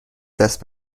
دست